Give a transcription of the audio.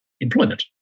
employment